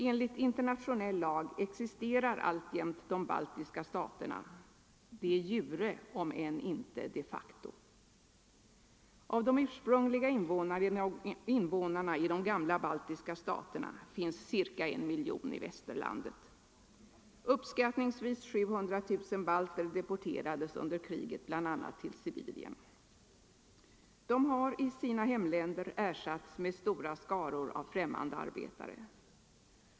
Enligt internationell lag existerar alltjämt de baltiska staterna, de jure om än inte de facto. Av de ursprungliga invånarna i de gamla baltiska staterna finns ca en miljon i västerlandet. Uppskattningsvis 700 000 balter deporterades under kriget, bl.a. till Sibirien. De har i sina hemländer ersatts med mmande arbetare.